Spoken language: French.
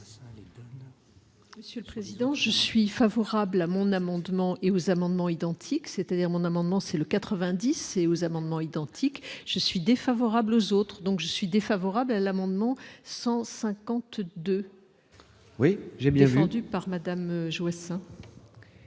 Monsieur le président, je suis favorable à mon amendement et aux amendements identiques, c'est-à-dire mon amendement, c'est le 90 et aux amendements identiques, je suis défavorable aux autres, donc je suis défavorable à l'amendement 152. Oui, j'ai bien vendu par Madame Joissains.